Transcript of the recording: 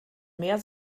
mehr